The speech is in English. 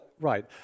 right